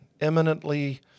eminently